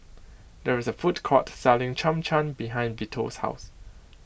there is a food court selling Cham Cham behind Vito's house